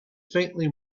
faintly